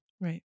right